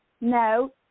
No